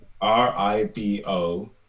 R-I-B-O